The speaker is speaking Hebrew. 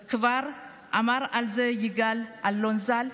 כבר אמר על זה יגאל אלון ז"ל: